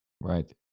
right